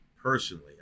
personally